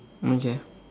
okay